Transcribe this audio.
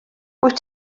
wyt